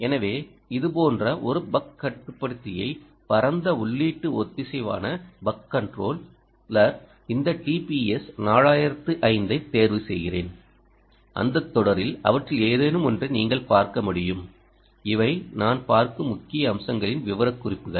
எனவே இது போன்ற ஒரு பக் கட்டுப்படுத்தியை பரந்த உள்ளீட்டு ஒத்திசைவான பக் கன்ட்ரோலர் இந்த டிபிஎஸ் 4005 ஐத் தேர்வுசெய்கிறேன் அந்தத் தொடரில் அவற்றில் ஏதேனும் ஒன்றை நீங்கள் பார்க்க முடியும் இவை நான் பார்க்கும் முக்கிய அம்சங்களின் விவரக்குறிப்புகள்